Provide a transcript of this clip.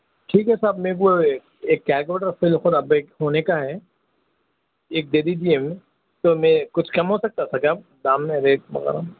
ٹھیک ہے صاحب میرے کو ایک کیلکولیٹر فی الفور اپڈیٹ ہونے کا ہے ایک دے دیجیے ابھی تو میں کچھ کم ہو سکتا تھا کیا دام میں ریٹ وغیرہ میں